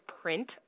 print